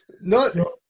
No